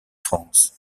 france